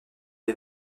les